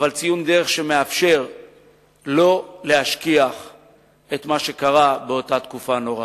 אבל ציון דרך שמאפשר לא להשכיח את מה שקרה באותה תקופה נוראה.